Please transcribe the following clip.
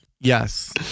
Yes